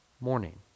morning